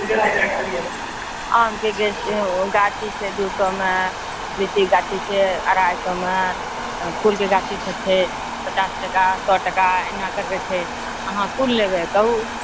आमके जे छै गाछी छै दू सए मे लीची गाछी छै अढ़ाइ सए मे फूलके गाछी सब छै पचास टका सए टका अहिना कऽ के छै अहाँ कोन लेबए कहू